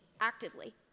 actively